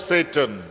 Satan